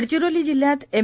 गडचिरोली जिल्ह्यात एम